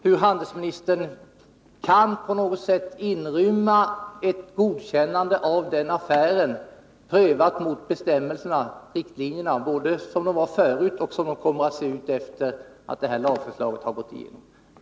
Hur kan handelsministern inrymma ett godkännande av den affären i bestämmelserna och riktlinjerna — både sådana bestämmelserna var förut och som de kommer att se ut efter det att detta förslag har gått igenom?